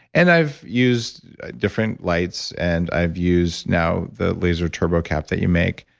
and i've used different lights, and i've used now the laser turbocap that you make.